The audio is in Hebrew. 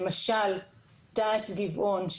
למשל תע"ש גבעון,